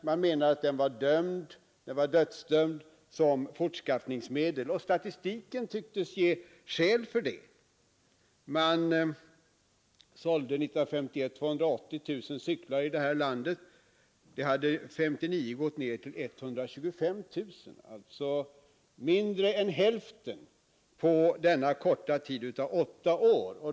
Man menade att cykeln var dödsdömd som fortskaffningsmedel, och statistiken tycktes ge skäl för detta. Det såldes 1951 280 000 cyklar i det här landet — 1959 hade antalet gått ned till 125 000, alltså till mindre än hälften på denna korta tid av åtta år.